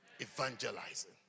Evangelizing